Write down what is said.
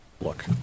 Look